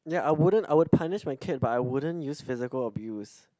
ya I wouldn't I would punish my kid but I wouldn't use physical abuse